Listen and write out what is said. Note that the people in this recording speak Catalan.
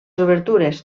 obertures